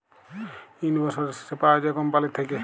yield বসরের শেষে পাউয়া যায় কম্পালির থ্যাইকে